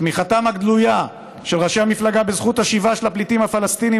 תמיכתם הגלויה של ראשי המפלגה בזכות השיבה של הפליטים הפלסטינים